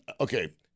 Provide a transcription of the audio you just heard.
Okay